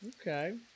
Okay